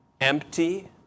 empty